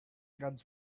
guns